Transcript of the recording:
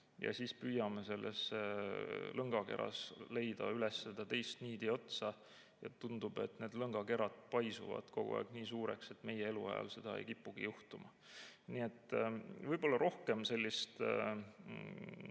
ja siis püüame sellest lõngakerast leida üles teist niidiotsa, aga tundub, et need lõngakerad paisuvad kogu aeg nii suureks, et meie eluajal seda ei kipugi juhtuma. Nii et võib-olla rohkem debatti,